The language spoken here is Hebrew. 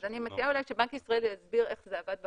אני מציעה שבנק ישראל יסביר איך זה עבד בפועל.